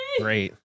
Great